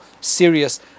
serious